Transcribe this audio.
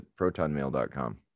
protonmail.com